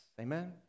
Amen